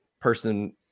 person